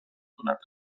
کند